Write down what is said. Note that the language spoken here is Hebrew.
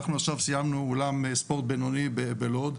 אנחנו עכשיו סיימנו אולם ספורט בינוני בלוד,